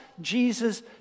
Jesus